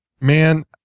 man